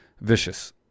Vicious